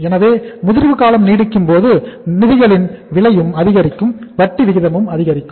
எனவே முதிர்வு காலம் நீடிக்கும்போது நிதிகளின் விலையும் அதிகரிக்கும் வட்டி விகிதமும் அதிகரிக்கும்